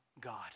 God